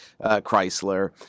Chrysler